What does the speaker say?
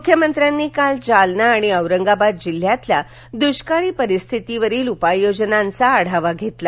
मुख्यमंत्र्यांनी काल जालना आणि औरंगाबाद जिल्ह्यातील दुष्काळी परिस्थितीवरील उपाययोजनांचा आढावा धेतला